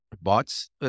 bots